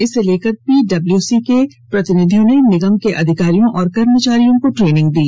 इसे लेकर पीडब्ल्यूसी के प्रतिनिधियों ने निगम के अधिकारियों और कर्मचारियों को ट्रेनिंग दी